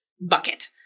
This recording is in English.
bucket